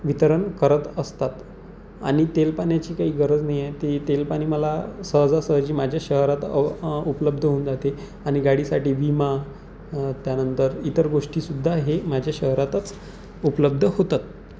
वितरण करत असतात आणि तेलपाण्याची काही गरज नाही आहे ती तेल पाणी मला सहजासहजी माझ्या शहरात अव उपलब्ध होऊन जाते आणि गाडीसाठी विमा त्यानंतर इतर गोष्टीसुद्धा हे माझ्या शहरातच उपलब्ध होतात